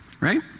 Right